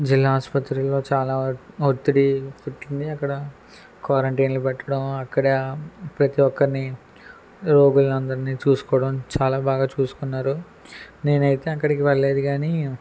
జిల్లా ఆస్పత్రిలో చాలా ఒత్తిడి పుట్టింది అక్కడ క్వారంటైన్లో పెట్టడం అక్కడ ప్రతి ఒక్కరిని రోగులు అందరిని చూసుకోవడం చాలా బాగా చూసుకున్నారు నేనైతే అక్కడికి వెళ్ళలేదు కాని